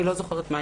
אני לא זוכרת מהי.